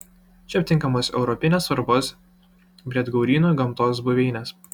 čia aptinkamos europinės svarbos briedgaurynų gamtinės buveinės